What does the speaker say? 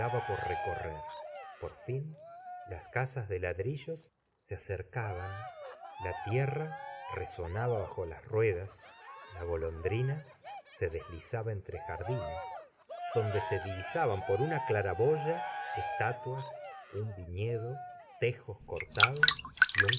por recorrer por fin las casas de ladrillos se a cercaban la tierra resonaba bajo las ruedas la golondrina se deslizaba entre jardines donde se divisaban por una claraboya estatuas im viñedo tejos cortados y un